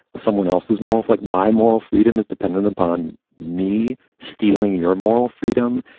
someone else is more of like my moral freedom is dependent upon me stealing your moral freedom.